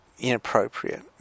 inappropriate